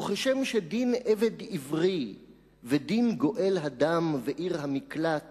וכשם שדין עבד עברי ודין גואל הדם ועיר המקלט